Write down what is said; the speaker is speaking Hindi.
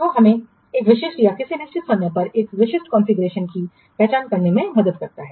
जो हमें एक विशिष्ट या किसी निश्चित समय पर एक विशिष्ट कॉन्फ़िगरेशन की पहचान करने में मदद करता है